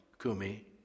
Kumi